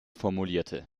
formulierte